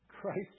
Christ